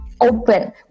open